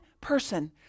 person